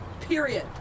period